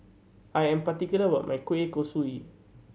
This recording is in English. I am particular about my kueh kosui